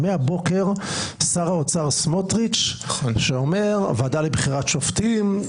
מהבוקר שר האוצר סמוטריץ' אומר: הוועדה לבחירת שופטים,